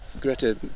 Greta